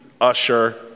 Usher